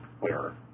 clearer